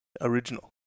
original